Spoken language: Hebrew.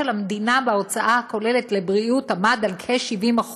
המדינה בהוצאה הכוללת לבריאות עמד על כ-70%,